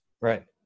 right